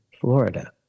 florida